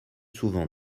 souvent